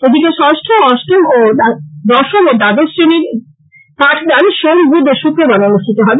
এদিকে ষষ্ঠ অষ্টম দশম ও দ্বাদশ শ্রেণীর পাঠদান সোম বুধ ও শুক্রবারে অনুষ্ঠিত হবে